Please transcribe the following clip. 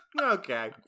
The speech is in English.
Okay